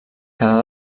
quedar